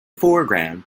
foreground